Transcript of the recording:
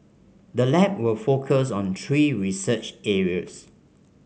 the lab will focus on three research areas